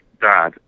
dad